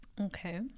Okay